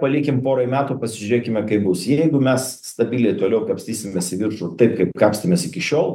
palikim porai metų pažiūrėkime kaip bus jeigu mes stabiliai toliau kapstysimės į viršų taip kaip kapstėmės iki šiol